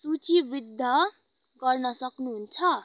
सूचीवृद्ध गर्न सक्नुहुन्छ